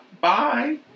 bye